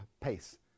pace